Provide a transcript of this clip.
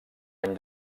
any